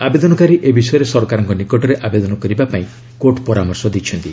ଆବେଦନକାରୀ ଏ ବିଷୟରେ ସରକାରଙ୍କ ନିକଟରେ ଆବେଦନ କରିବା ପାଇଁ କୋର୍ଟ୍ ପରାମର୍ଶ ଦେଇଛନ୍ତି